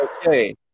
okay